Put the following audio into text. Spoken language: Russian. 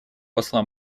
посла